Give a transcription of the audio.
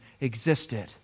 existed